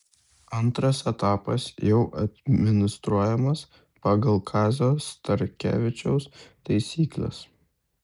antras etapas jau administruojamas pagal kazio starkevičiaus taisykles